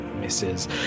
misses